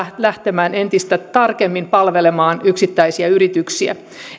lähtemään entistä tarkemmin palvelemaan yksittäisiä yrityksiä